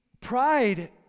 pride